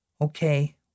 Okay